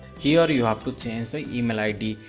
here you have to change the email id,